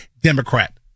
Democrat